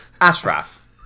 Ashraf